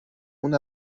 اون